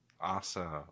Awesome